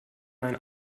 mein